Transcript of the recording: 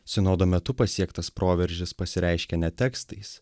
sinodo metu pasiektas proveržis pasireiškė ne tekstais